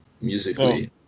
musically